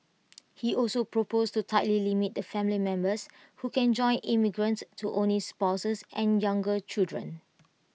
he also proposed to tightly limit the family members who can join immigrants to only spouses and younger children